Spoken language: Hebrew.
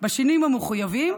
בשינויים המחויבים,